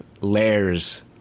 layers